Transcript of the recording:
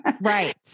Right